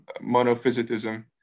monophysitism